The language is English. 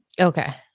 Okay